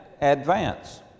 advance